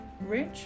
rich